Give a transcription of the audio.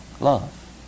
Love